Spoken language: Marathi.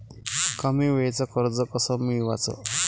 कमी वेळचं कर्ज कस मिळवाचं?